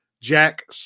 Jack